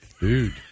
Dude